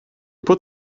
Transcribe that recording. put